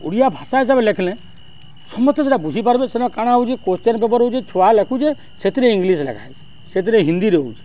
ଓଡ଼ିଆ ଭାଷା ହିସାବେ ଲେଖ୍ଲେ ସମସ୍ତେ ସେଟା ବୁଝିପାର୍ବେ ସେନ କାଣା ହଉଚେ କୋଶ୍ଚେନ୍ ପେପର୍ ଆଉଚେ ଛୁଆ ଲେଖୁଚେ ସେଥିରେ ଇଂଲିଶ୍ ଲେଖା ହେଇଛେ ସେଥିରେ ହିନ୍ଦୀ ରହୁଚେ